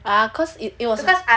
ah cause it it was her